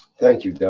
thank you